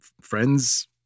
friends